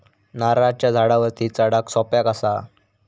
नारळाच्या झाडावरती चडाक सोप्या कसा?